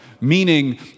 meaning